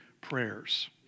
prayers